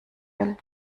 will